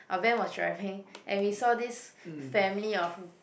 Ivan was driving and we saw this family of